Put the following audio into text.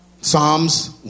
Psalms